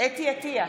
חוה אתי עטייה,